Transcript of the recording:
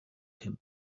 him